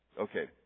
Okay